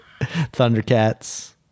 Thundercats